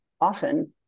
often